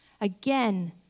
Again